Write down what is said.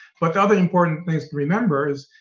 like other important thing to remember is,